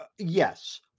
Yes